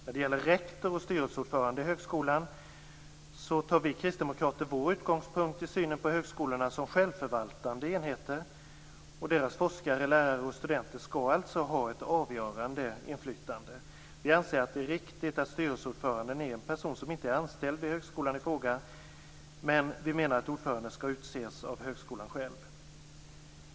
När det gäller rektor och styrelseordförande i högskolan tar vi kristdemokrater vår utgångspunkt i synen på högskolorna som självförvaltande enheter. Deras forskare, lärare och studenter skall alltså ha ett avgörande inflytande. Vi anser att det är riktigt att styrelseordföranden är en person som inte är anställd vid högskolan i fråga, men vi menar att ordföranden skall utses av högskolan själv.